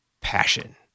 passion